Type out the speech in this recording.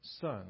son